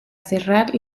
cerrar